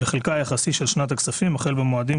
בחלקה היחסי של שנת הכספים החל במועדים